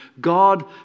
God